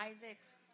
Isaac's